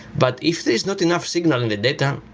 but if there's not enough signal in the data,